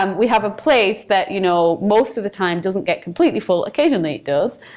um we have a place that you know most of the time doesn't get completely full, occasionally it does.